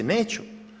Neću.